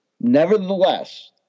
nevertheless